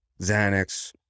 Xanax